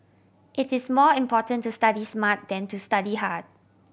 it is more important to study smart than to study hard